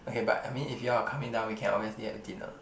okay but I mean if you all are coming down we can obviously have dinner